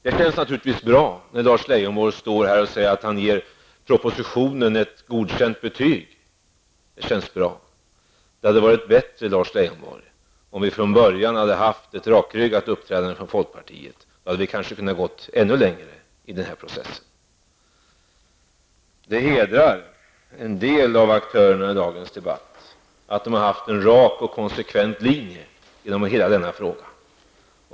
Det känns naturligtvis bra när Lars Leijonborg står här och säger att han ger propositionen godkänt betyg. Det känns bra, men det hade varit bättre, Lars Leijonborg, om vi från början hade fått se ett rakryggat uppträdande från folkpartiets sida. Då hade vi kanske kunnat gå ännu längre i den här processen. Det hedrar en del av aktörerna i dagens debatt att de haft en rak och konsekvent linje genom hela denna fråga.